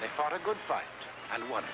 they fought a good fight and one